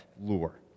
lure